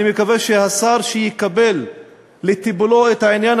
אני מקווה שהשר שיקבל לטיפולו את העניין